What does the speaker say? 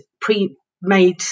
pre-made